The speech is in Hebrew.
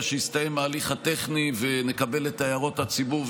שיסתיים ההליך הטכני ונקבל את הערות הציבור,